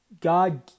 God